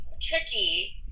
tricky